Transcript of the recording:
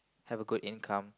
have a good income